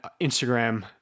Instagram